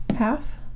Half